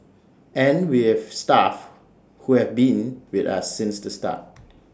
and we have staff who have been with us since the start